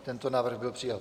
Tento návrh byl přijat.